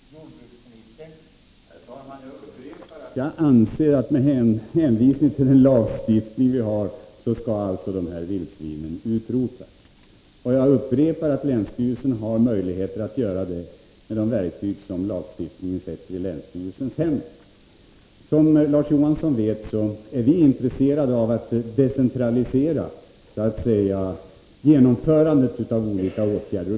Herr talman! Jag upprepar att jag anser att med hänvisning till den lagstiftning vi har skall de här vildsvinen utrotas. Jag vill också upprepa att länsstyrelsen har möjlighet att göra det med de verktyg som lagstiftningen sätter i länsstyrelsens händer. Som Larz Johansson vet, är vi intresserade av att decentralisera genomförandet av olika åtgärder.